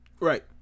right